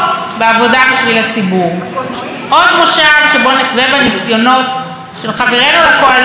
עוד מושב שבו נחזה בניסיונות של חברינו לקואליציה לדלג מעל הדבר